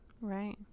right